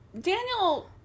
Daniel